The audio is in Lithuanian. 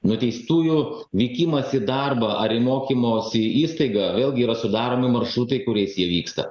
nuteistųjų vykimas į darbą ar į mokymosi įstaigą vėlgi yra sudaromi maršrutai kuriais jie vyksta